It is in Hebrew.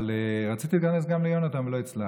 אבל רציתי להיכנס גם ליונתן, ולא הצלחתי.